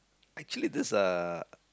actually this uh